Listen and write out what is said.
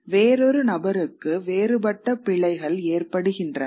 வேறொரு நபருக்கு வேறுபட்ட பிழைகள் ஏற்படுகின்றன